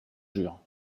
jure